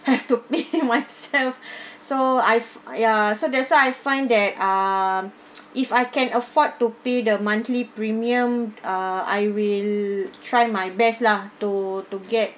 I've to pay myself so I've uh ya so that's why I find that um if I can afford to pay the monthly premium uh I will try my best lah to to get